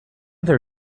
their